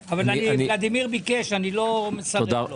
ולדימיר ביקש לא מסרב לו.